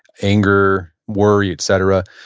anger, worry, et cetera.